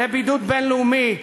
לבידוד בין-לאומי,